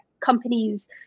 companies